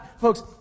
folks